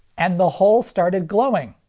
and the hole started glowing.